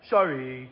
Sorry